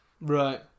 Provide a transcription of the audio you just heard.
Right